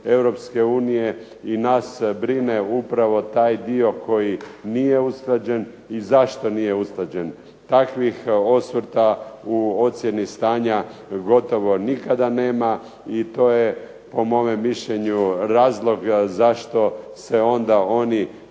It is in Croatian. i nas brine upravo taj dio koji nije usklađen i zašto nije usklađen. Takvih osvrta u ocjeni stanja gotovo nikada nema i to je po mome mišljenju razlog zašto se onda oni